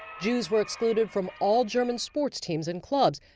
jews were excluded from all german sports teams and clubs,